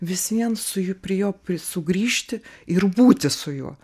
vis vien su jų prie jo pri sugrįžti ir būti su juo